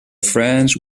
france